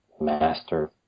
master